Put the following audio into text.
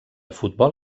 futbol